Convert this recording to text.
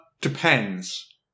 depends